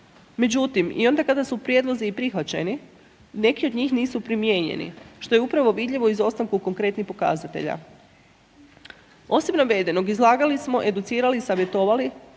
Međutim i onda su prijedlozi i prihvaćeni, neki od njih nisu primijenjeni što je upravo vidljivo izostanku konkretnih pokazatelja. Osim navedenog, izlagali smo, educirali, savjetovali,